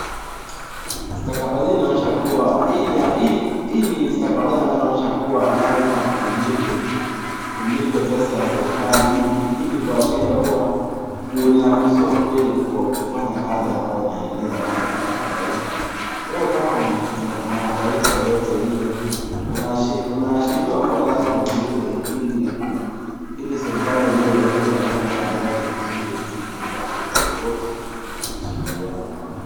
Stakabadhi hii inaonyesha hii ni stakabadhi ambayo inaonyesha kuwa lazima ulipe, ulipe pesa ya serikali ili kuashiria kuwa unaruhusiwa kweli kufanya kazi ambayo unaendeleza nayo katika taifa, wewe kama mwanataifa yeyote lile unaashiriwa kuwa lazima ulipe ili, ili serikali yenyewe iweze kafanya kazi yake vizuri bila tatizo lolote la kusumbuana na watu.